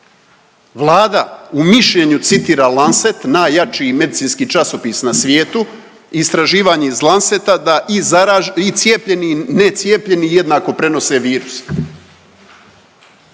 Vlada u mišljenju citira Lancet najjači medicinski časopis na svijetu, istraživanja iz Lanceta da i cijepljeni i necijepljeni jednako prenose virus.